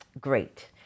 great